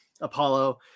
Apollo